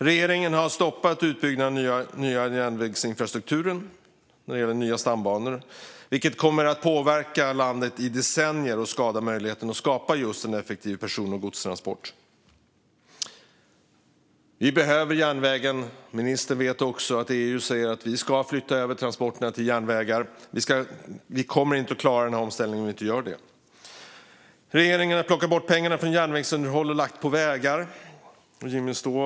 Regeringen har stoppat utbyggnaden av den nya järnvägsinfrastrukturen med nya stambanor, vilket kommer att påverka landet i decennier och skada möjligheten att skapa effektiva person och godstransporter. Vi behöver järnvägen. Ministern vet att EU säger att vi ska flytta över transporterna till järnväg. Vi kommer inte att klara omställningen om vi inte gör detta. Regeringen har plockat bort pengarna från järnvägsunderhållet och lagt på vägar.